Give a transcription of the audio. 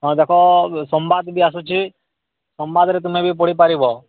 ହଁ ଦେଖ ସମ୍ବାଦ ବି ଆସୁଛି ସମ୍ବାଦରେ ତୁମେ ବି ପଢ଼ିପାରିବ